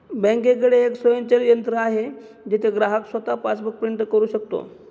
बँकेकडे एक स्वयंचलित यंत्र आहे जिथे ग्राहक स्वतः पासबुक प्रिंट करू शकतो